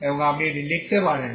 এবং আপনি এটি লিখতে পারেন